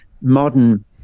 modern